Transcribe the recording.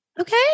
Okay